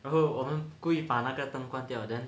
然后我们故意把那个灯关掉 then